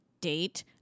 date